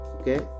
Okay